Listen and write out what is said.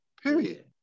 period